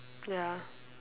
ya